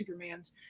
Supermans